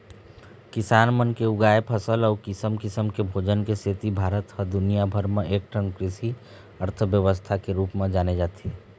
किसान मन के उगाए फसल अउ किसम किसम के भोजन के सेती भारत ह दुनिया भर म एकठन कृषि अर्थबेवस्था के रूप म जाने जाथे